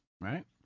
Right